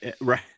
right